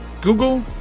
Google